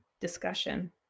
discussion